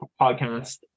podcast